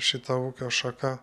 šita ūkio šaka